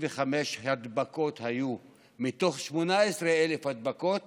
והנתונים אומרים שהיו 35 הדבקות בחדרי הכושר מתוך 18,000 הדבקות.